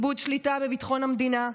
איבוד שליטה בביטחון המדינה.